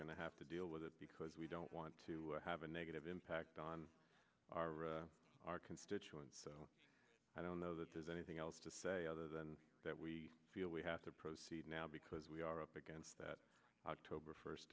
to have to deal with it because we i don't want to have a negative impact on our or our constituents so i don't know that there's anything else to say other than that we feel we have to proceed now because we are up against that october first